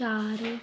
ਚਾਰ